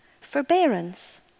forbearance